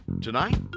Tonight